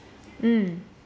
mm